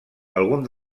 alguns